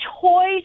toys